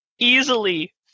easily